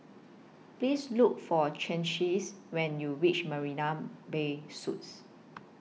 Please Look For Chauncey when YOU REACH Marina Bay Suites